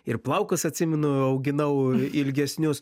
ir plaukus atsimenu auginau ilgesnius